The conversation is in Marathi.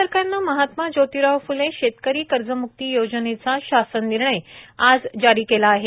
राज्य सरकारनं महात्मा जोतिराव फूले शेतकरी कर्जम्क्ती योजनेचा शासन निर्णय आज जारी केला आहे